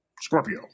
Scorpio